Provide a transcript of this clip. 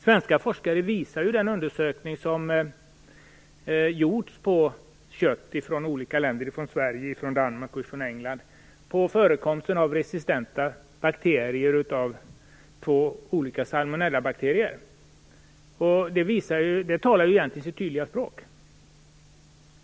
Svenska forskare visar i den undersökning som gjorts på kött från olika länder - från Sverige, Danmark och England - på förekomsten av två olika resistenta salmonellabakterier. Det talar egentligen sitt tydliga språk.